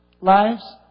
lives